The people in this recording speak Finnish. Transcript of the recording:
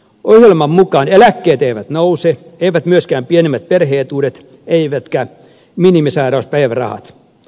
ohjelman mukaan eläkkeet eivät nouse eivät myöskään pienimmät perhe etuudet eivätkä minimisairauspäivärahat